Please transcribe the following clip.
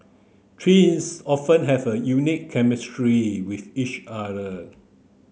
twins often have a unique chemistry with each other